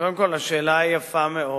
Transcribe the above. קודם כול, השאלה יפה מאוד.